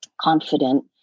confident